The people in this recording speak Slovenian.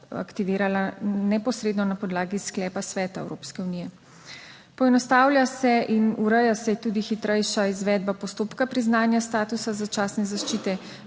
aktivirala neposredno na podlagi sklepa Sveta Evropske unije. Poenostavlja se in ureja se tudi hitrejša izvedba postopka priznanja statusa začasne zaščite.